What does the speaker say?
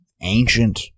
ancient